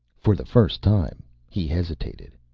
for the first time he hesitated.